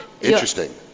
Interesting